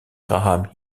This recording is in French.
graham